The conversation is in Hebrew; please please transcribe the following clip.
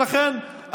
ולכן,